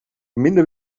minder